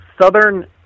Southern